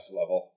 level